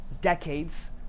decades